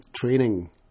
training